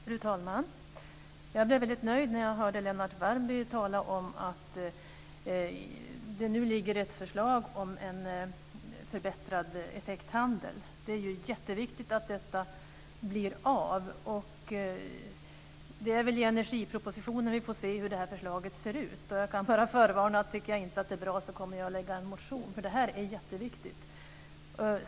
Fru talman! Jag blev väldigt nöjd när jag hörde Lennart Värmby tala om att det nu ligger ett förslag om en förbättrad effekthandel. Det är jätteviktigt att det blir av. Vi får väl se i energipropositionen hur det här förslaget ser ut. Jag kan bara förvarna om att om jag inte tycker att det är bra kommer jag att lägga fram en motion. Detta är jätteviktigt.